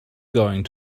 going